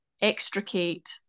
extricate